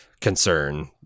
concern